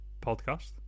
podcast